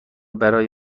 برای